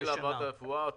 זה